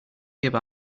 give